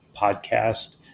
podcast